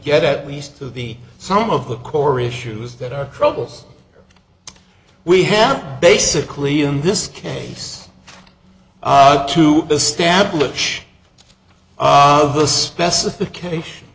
get at least of the some of the core issues that our troubles we have basically in this case to establish the specification